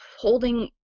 holding